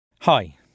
Hi